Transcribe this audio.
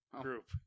group